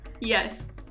Yes